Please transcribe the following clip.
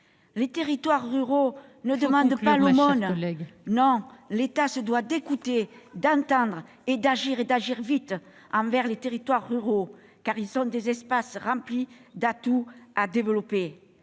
Les territoires ruraux ne demandent pas l'aumône. Non, l'État se doit d'écouter, d'entendre et d'agir, d'agir vite, car ces territoires sont remplis d'atouts à développer.